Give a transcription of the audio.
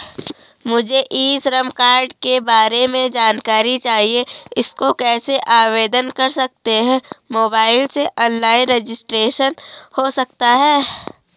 मुझे e Shram card के बारे में जानकारी चाहिए इसको कैसे आवेदन कर सकते हैं मोबाइल से ऑनलाइन रजिस्ट्रेशन हो सकता है?